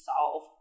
solve